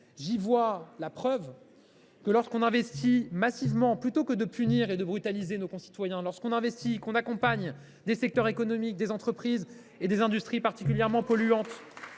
J’y vois la preuve que, lorsqu’on investit massivement, plutôt que de punir et de brutaliser nos concitoyens, lorsqu’on accompagne des secteurs économiques, des entreprises et des industries particulièrement polluantes,